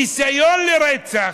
ניסיון לרצח,